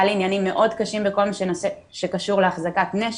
היו לי עניינים מאוד קשים בכל מה שקשור להחזקת נשק,